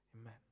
Amen